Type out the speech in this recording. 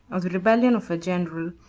or the rebellion of a general,